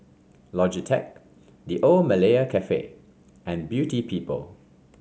Logitech The Old Malaya Cafe and Beauty People